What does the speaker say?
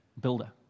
builder